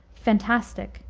fantastic,